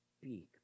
speak